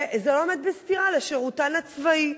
וזה לא עומד בסתירה לשירותן הצבאי.